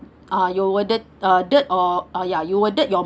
uh you would dirt uh dirt or uh ya you would dirt your